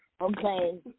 Okay